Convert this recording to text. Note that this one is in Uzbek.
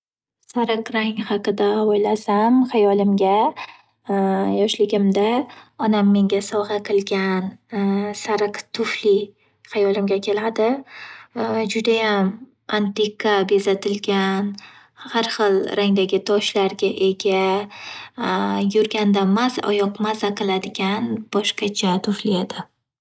Sariq rang haqida o’ylasam hayolimga yoshligimda onam menga sovg'a qilgan sariq tufli hayolimga keladi. Va u judayam antiqa bezatilgan. Har qil rangdagi toshlarga ega. Yurganda maza- oyoq mazza qiladigan boshqacha tufli edi.